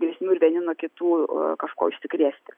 grėsmių ir vieni nuo kitų kažkuo užsikrėsti